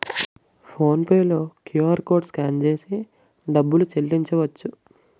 phone pay లో QR code scan చేసి డబ్బులు చెల్లించవచ్చు